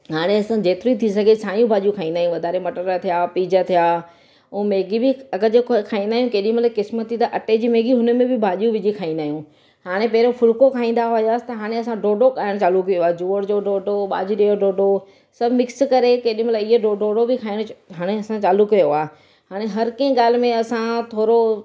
हाणे असां जेतिरी थी सघे साइयूं भाॼियूं खाईंदा आहियूं वाधारे मटर थिया पीज थिया ऐं मैगी बि अगरि जेको अ खाईंदा आहियूं केॾीमहिल क़िस्मती त अटे जी मैगी हुन में बि भाॼियूं विझी खाईंदा आहियूं हाणे पहिरियों फुलिको खाईंदा हुयासि त हाणे डोडो खाइणु चालू कयो आहे जूअर जो डोडो बाजरे यो डोडो सभु मिक्स करे केॾीमहिल ईअं डोडो बि खाइणु असां चालू कयो आहे हाणे हर कंहिं ॻाल्हि में असां थोरो